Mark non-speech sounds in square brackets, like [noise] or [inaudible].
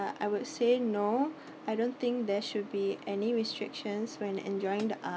I would say [breath] no I don't think there should be any restrictions when enjoying the art~